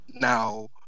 Now